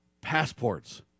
passports